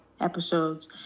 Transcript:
episodes